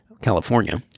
California